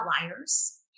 outliers